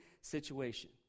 situation